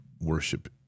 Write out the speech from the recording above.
worship